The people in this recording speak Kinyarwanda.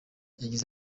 yagize